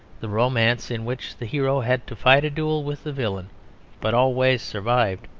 the romance in which the hero had to fight a duel with the villain but always survived,